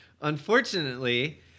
Unfortunately